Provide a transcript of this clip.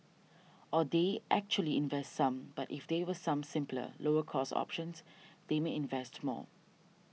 or they actually invest some but if there were some simpler lower cost options they may invest more